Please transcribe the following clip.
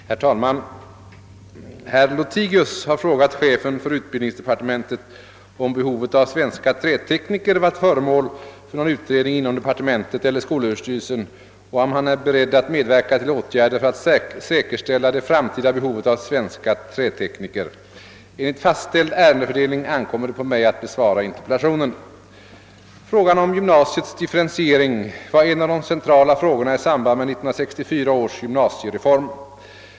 de: Herr talman! Herr Lothigius har frå gat chefen för utbildningsdepartementet om behovet av svenska trätekniker varit föremål för någon utredning inom departementet eller skolöverstyrelsen och om han är beredd medverka till åtgärder för att säkerställa det framtida behovet av svenska trätekniker. Enligt fastställd ärendefördelning ankommer det på mig att besvara interpellationen. Frågan om gymnasiets differentiering var en av de centrala frågorna i samband med 1964 års gymnasiereform.